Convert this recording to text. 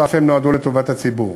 שאף הן נועדו לטובת הציבור,